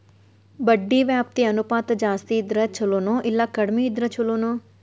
ಬಡ್ಡಿ ವ್ಯಾಪ್ತಿ ಅನುಪಾತ ಜಾಸ್ತಿ ಇದ್ರ ಛಲೊನೊ, ಇಲ್ಲಾ ಕಡ್ಮಿ ಇದ್ರ ಛಲೊನೊ?